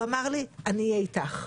הוא אמר לי: אהיה איתך.